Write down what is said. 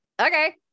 okay